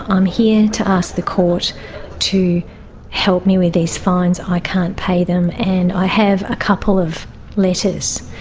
i'm here to ask the court to help me with these fines, i can't pay them. and i have a couple of letters.